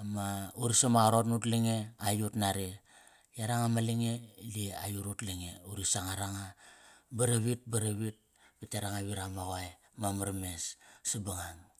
Ama uri sam ma qarot na ut lange, aiyut nare. Yaranga ma lange di aiyut ut lange. Uri sangar anga, ba ravit ba ravit, pat yaranga vit ama qoe. Mamar mes, sabangang.